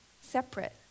separate